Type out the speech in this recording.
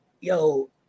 yo